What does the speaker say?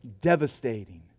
devastating